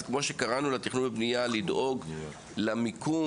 כמו שקראנו לתכנון ובנייה לדאוג למיקום,